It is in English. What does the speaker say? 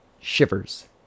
shivers